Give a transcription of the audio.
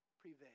prevail